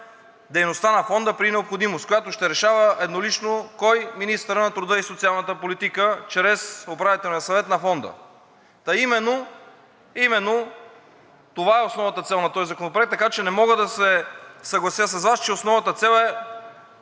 дейността на Фонда и при необходимост, който ще решава еднолично кой е министър на труда и социалната политика чрез Управителния съвет на Фонда. Именно това е основната цел на този законопроект, така че не мога да се съглася с Вас, че основната цел е